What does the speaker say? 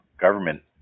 government